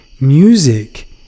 Music